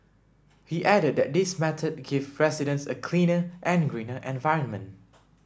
he added that this method give residents a cleaner and greener environment